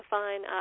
fine